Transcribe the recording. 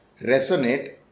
Resonate